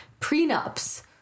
prenups